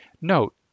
Note